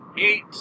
eight